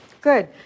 good